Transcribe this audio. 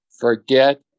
Forget